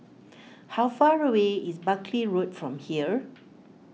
how far away is Buckley Road from here